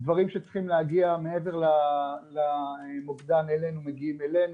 דברים שצריכים להגיע מעבר למוקדן מגיעים אלינו,